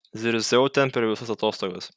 zirziau ten per visas atostogas